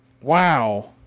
Wow